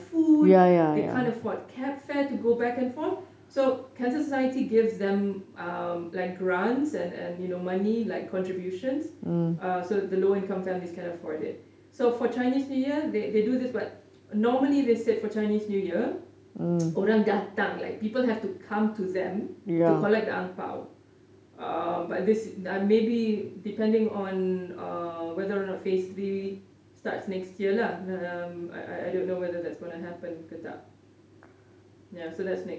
food they can't afford cab fare to go back and forth so cancer society gives them um like grants and and you know money like contributions uh so the low income families can afford it so for chinese new year they do this but normally they said for chinese new year orang datang like people have to come to them to collect the ang pao um but this may be depending on uh whether or not phase three starts next year lah um I don't know whether that's going to happen ke tak ya so that's next year